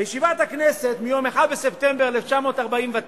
בישיבת הכנסת מיום 1 בספטמבר 1949,